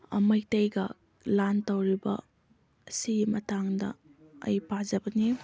ꯃꯩꯇꯩꯒ ꯂꯥꯟ ꯇꯧꯔꯤꯕ ꯑꯁꯤꯒꯤ ꯃꯇꯥꯡꯗ ꯑꯩ ꯄꯥꯖꯕꯅꯤ